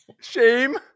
Shame